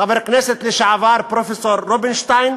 חבר הכנסת לשעבר פרופסור רובינשטיין,